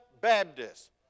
Baptists